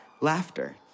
laughter